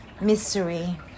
mystery